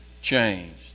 changed